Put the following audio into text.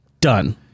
Done